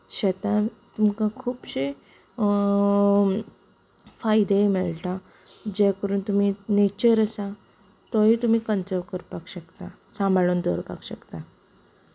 शेतांत तुमकां खुबशे फायदेय मेळटा जे करून तुमी नेचर आसा तोवूय तुमी कन्सर्व करपाक शकतात सांबाळून दवरपाक शकतात